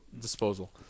disposal